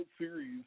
Series